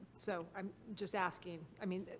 so, i'm just asking. i mean,